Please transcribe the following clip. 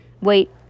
Wait